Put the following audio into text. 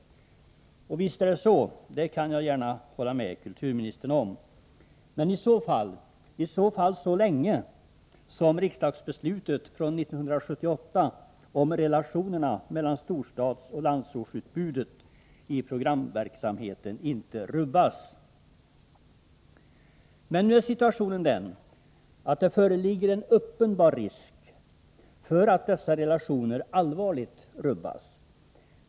Visst är det så. Det kan jag gärna hålla med kulturministern om. Men det gäller i så fall så länge som riksdagsbeslutet från 1978 om relationerna mellan storstadsoch landsortsutbudet i programverksamheten inte rubbas. Men nu är situationen den, att det föreligger en uppenbar risk för att dessa relationer allvarligt rubbas.